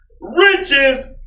Riches